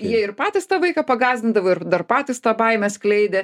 jie ir patys tą vaiką pagąsdindavo ir dar patys tą baimę skleidė